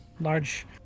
large